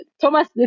Thomas